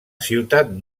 ciutat